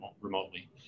remotely